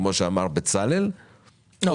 כמו שאמר בצלאל -- או